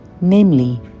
namely